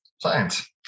science